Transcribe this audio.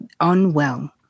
unwell